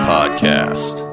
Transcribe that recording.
Podcast